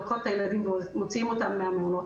הן לוקחות את הילדים ומוציאות אותם ממעונות